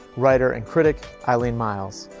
writer, and critic eileen myles,